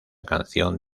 canción